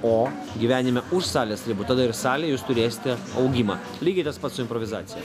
o gyvenime už salės ribų tada ir salėje jūs turėsite augimą lygiai tas pats su improvizacija